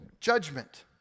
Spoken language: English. Judgment